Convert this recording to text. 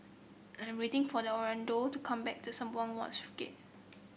I'm waiting for the Orlando to come back the Sembawang Wharves Gate